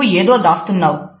నువ్వు ఏదో దాస్తున్నావు